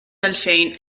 għalfejn